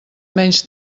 menys